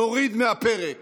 נוריד מהפרק